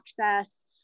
access